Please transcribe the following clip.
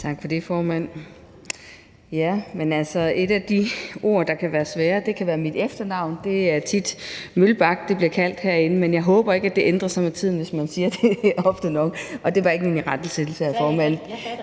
Tak for det, formand. Et af de ord, der kan være svære, er mit efternavn. Det er tit, at der bliver sagt Mølbak herinde, men jeg håber ikke, at det ændrer sig med tiden, hvis man siger det ofte nok. Og det var ikke nogen irettesættelse af formanden.